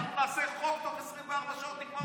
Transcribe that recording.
אנחנו נעשה חוק, ותוך 24 שעות נגמור אותו.